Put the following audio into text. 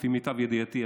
לפי מיטב ידיעתי,